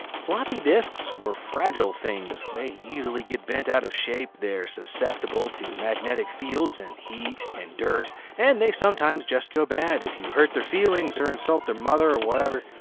floppy disks were fragile things, they easily get bent out of shape they're susceptible to magnetic fields and heat and dirt and they sometimes just go bad if you hurt their feelings or insult their mother whatever,